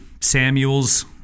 Samuels